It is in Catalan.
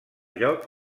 lloc